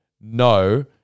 no